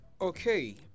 Okay